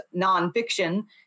nonfiction